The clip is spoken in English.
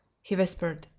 he whispered,